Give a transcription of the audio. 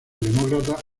demócrata